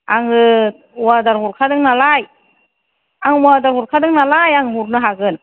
आङो अरडार हरखादों नालाय आं अरडार हरखादों नालाय आं हरनो हागोन